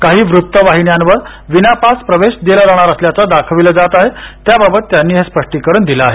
काही वृत्तवाहिन्यांवर विनापास प्रवेश दिला जाणार असल्याचं दाखविलं जात आहे त्याबाबत त्यांनी हे स्पष्टीकरण दिलं आहे